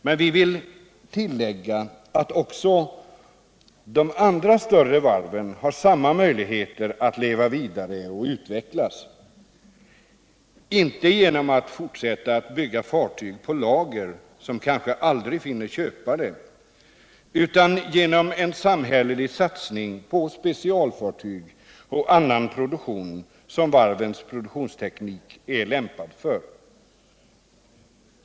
Men vi vill tillägga att de andra större varven har samma möjligheter att leva vidare och utvecklas, inte genom att fortsätta att bygga fartyg som kanske aldrig finner köpare och lägga dem på lager, utan genom en samhällelig satsning på specialfartyg och annan produktion som varvens produktionsteknik är lämpad för.